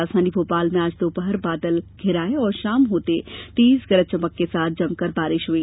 राजधानी भोपाल में आज दोपहर बादल घिर आये और शाम होते तेज गरज चमक के साथ जमकर बारिश हुई